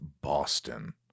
Boston